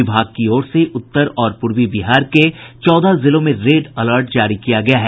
विभाग की ओर से उत्तर और पूर्वी बिहार के चौदह जिलों में रेड अलर्ट जारी किया गया है